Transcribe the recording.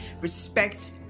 respect